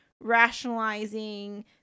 rationalizing